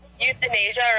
euthanasia